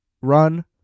run